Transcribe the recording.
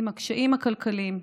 עם הקשיים הכלכליים,